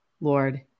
Lord